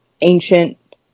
ancient